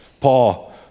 Paul